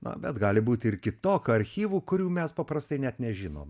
na bet gali būti ir kitokio archyvų kurių mes paprastai net nežinom